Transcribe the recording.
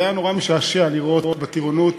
זה היה נורא משעשע לראות בטירונות,